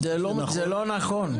זה לא נכון.